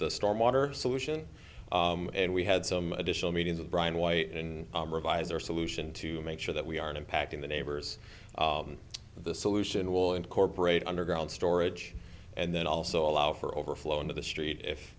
the storm water solution and we had some additional meetings with brian white and revise our solution to make sure that we are impacting the neighbors the solution will incorporate underground storage and then also allow for overflow into the street if